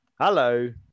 Hello